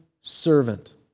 servant